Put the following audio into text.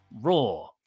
raw